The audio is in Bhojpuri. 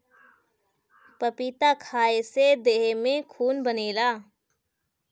पपीता खाए से देह में खून बनेला